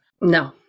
no